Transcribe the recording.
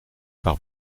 par